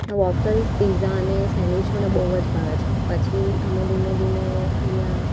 waffles pizza અને sandwich મને બહુ જ ભાવે છે પછી અમે ધીમે ધીમે અહીંયા